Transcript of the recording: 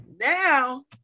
Now